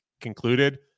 concluded